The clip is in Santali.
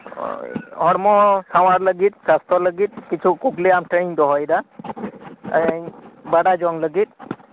ᱦᱚᱲᱢᱚ ᱥᱟᱶᱟᱨ ᱞᱟᱹᱜᱤᱫ ᱥᱟᱥᱛᱚ ᱞᱟᱹᱜᱤᱫ ᱠᱤᱪᱷᱩ ᱠᱩᱠᱞᱤ ᱟᱢᱴᱷᱮᱱᱤᱧ ᱫᱚᱦᱚᱭᱮᱫᱟ ᱤᱧ ᱵᱟᱰᱟᱭ ᱡᱚᱝᱞᱟᱹᱜᱤᱫ